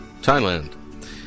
Thailand